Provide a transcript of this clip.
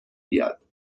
بیاد